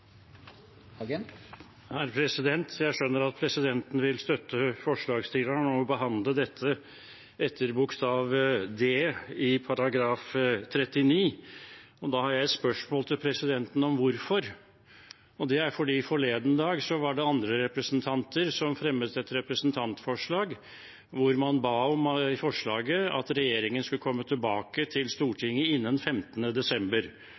er byttet om. Jeg skjønner at presidenten vil støtte forslagsstillerne og behandle dette etter bokstav d i § 39. Da har jeg et spørsmål til presidenten om hvorfor. Det er fordi det forleden dag var andre representanter som fremmet et representantforslag hvor man i forslaget ba om at regjeringen skulle komme tilbake til Stortinget innen 15. desember